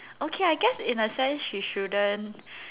okay I guess in a sense she shouldn't